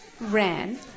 Ran